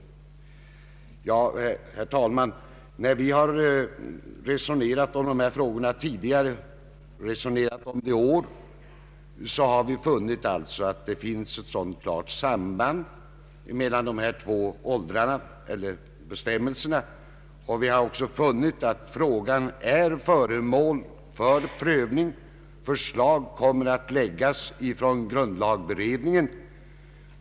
Herr talman! När vi tidigare och i år har resonerat om dessa frågor har vi alltså funnit att det finns ett klart samband mellan bestämmelserna. Vi har även funnit att frågan är föremål för prövning. Grundlagberedningen kommer att framlägga förslag.